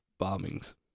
bombings